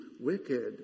wicked